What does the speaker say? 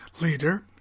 leader